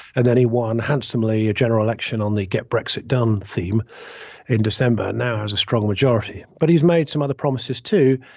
and then he won handsomely a general election on the get brexit done theme in december. now has a strong majority. but he's made some other promises, too.